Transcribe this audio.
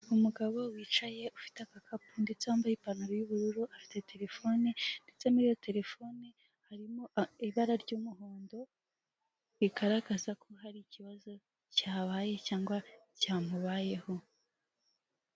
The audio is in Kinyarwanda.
Umugabo wicaye ufite agakapu ndetse wambaye ipantaro y'ubururu afite telefone ndetse n'iyo telefone harimo ibara ry'umuhondo bigaragaza ko hari ikibazo cyabaye cyangwa cyamubayeho.